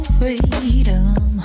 freedom